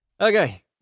Okay